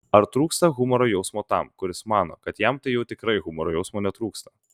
ar trūksta humoro jausmo tam kuris mano kad jam tai jau tikrai humoro jausmo netrūksta